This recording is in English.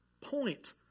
point